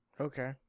Okay